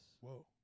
Whoa